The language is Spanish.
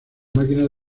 máquinas